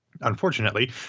Unfortunately